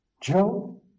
Joe